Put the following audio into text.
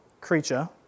creature